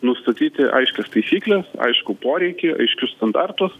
nustatyti aiškias taisykles aiškų poreikį aiškius standartus